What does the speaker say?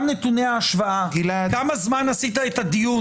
גם נתוני ההשוואה כמה זמן עשית דיון